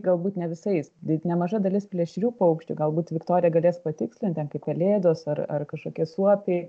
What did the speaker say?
galbūt ne visais gi nemaža dalis plėšrių paukščių galbūt viktorija galės patikslinti kaip pelėdos ar ar kažkokie suopiai